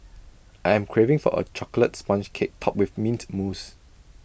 I am craving for A Chocolate Sponge Cake Topped with Mint Mousse